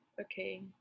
Okay